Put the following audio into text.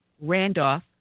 Randolph